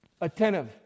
Attentive